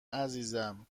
عزیزم